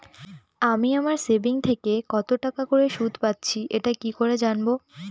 আমি আমার সেভিংস থেকে কতটাকা করে সুদ পাচ্ছি এটা কি করে জানব?